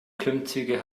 klimmzüge